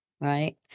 right